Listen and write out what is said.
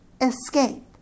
escape